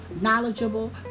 knowledgeable